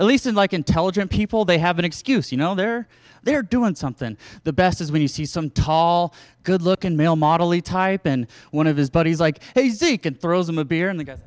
at least unlike intelligent people they have an excuse you know they're there doing something the best is when you see some tall good looking male model the type and one of his buddies like haziq and throws him a beer and they go